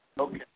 Okay